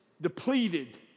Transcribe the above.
depleted